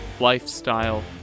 lifestyle